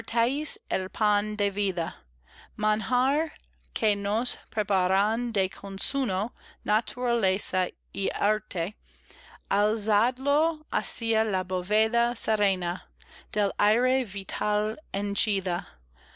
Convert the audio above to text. el pan de vida manjar que nos preparan de consuno naturaleza y arte alzadlo hacia la bóveda serena